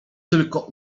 tylko